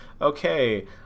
okay